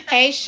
Hey